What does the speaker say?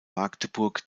magdeburg